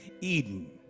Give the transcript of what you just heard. Eden